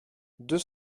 deux